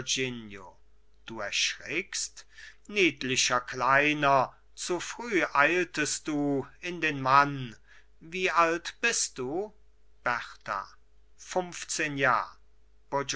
du erschrickst niedlicher kleiner zu früh eiltest du in den mann wie alt bist du berta funfzehn jahr